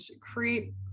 create